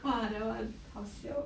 !wah! that [one] 好笑